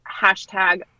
hashtag